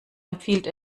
empfiehlt